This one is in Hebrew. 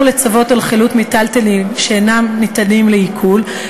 לצוות על חילוט מיטלטלין שאינם ניתנים לעיקול,